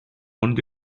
ond